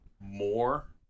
more